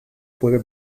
puede